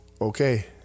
okay